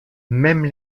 même